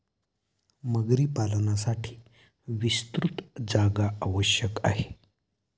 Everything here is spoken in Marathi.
मगरी पालनासाठी विस्तृत जागा आवश्यक आहे